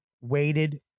Weighted